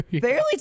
barely